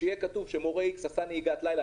כשיהיה כתוב שמורה מסוים לימד נהיגת לילה,